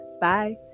Bye